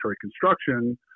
construction